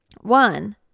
One